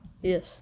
Yes